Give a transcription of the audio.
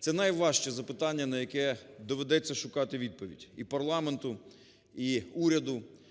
Це найважче запитання, на яке доведеться шукати відповідь і парламенту, і уряду.